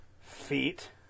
feet